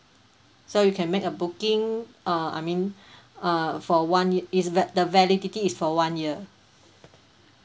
so you can make a booking uh I mean uh for one ye~ it's the the validity is for one year